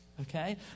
okay